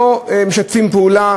לא משתפים פעולה,